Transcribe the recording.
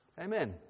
Amen